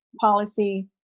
policy